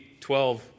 12